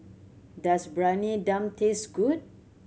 does Briyani Dum taste good